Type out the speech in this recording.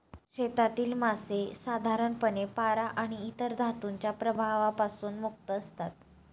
शेतातील मासे साधारणपणे पारा आणि इतर धातूंच्या प्रभावापासून मुक्त असतात